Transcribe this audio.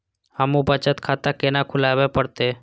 हमू बचत खाता केना खुलाबे परतें?